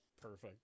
Perfect